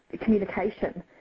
communication